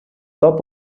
top